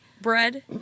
bread